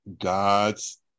God's